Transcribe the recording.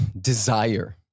desire